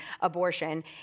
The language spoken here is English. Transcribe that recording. abortion